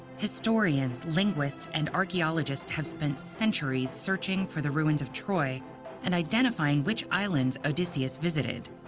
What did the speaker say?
historians, linguists, and archeologists have spent centuries searching for the ruins of troy and identifying which islands odysseus visited.